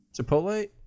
Chipotle